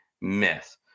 myth